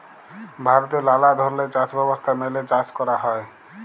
ভারতে লালা ধরলের চাষ ব্যবস্থা মেলে চাষ ক্যরা হ্যয়